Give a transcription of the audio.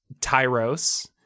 Tyros